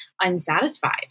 unsatisfied